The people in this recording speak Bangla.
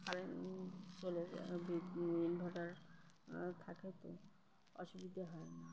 কারেন্ট চলে যায় ইনভার্টার থাকে তো অসুবিধে হয় না